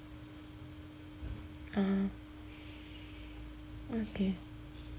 ah okay